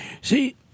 See